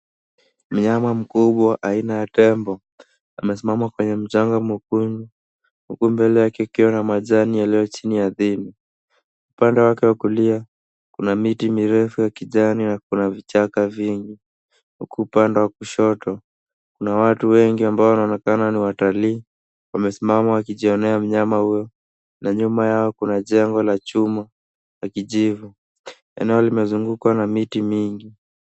Mnyama mkubwa aina ya tembo amesimama kwenye mchanga mwekundu huku mbele yake kukiwa na majani yaliyo chini ardhini. Upande wake wa kulia kuna miti mirefu ya kijani na kuna vichaka vingi. Huku upande wa kushoto kuna watu wengi ambao wanaonekana ni watalii wamesimama wakijionea mnyama huyo na nyuma yao kuna jengo la chuma la kijivu. Eneo limezungukwa na miti mingi.